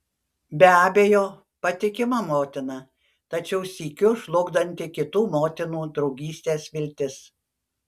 be abejo patikima motina tačiau sykiu žlugdanti kitų motinų draugystės viltis